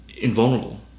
Invulnerable